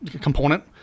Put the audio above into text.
component